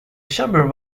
chamber